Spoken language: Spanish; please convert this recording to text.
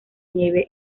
nieve